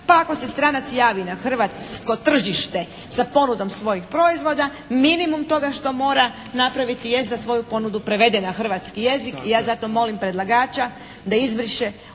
Pa ako se stranac javi na hrvatsko tržište sa ponudom svojih proizvoda minimum toga što mora napraviti jest da svoju ponudu prevede na hrvatski jezik i ja zato molim predlagača da izbriše